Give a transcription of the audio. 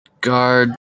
Guard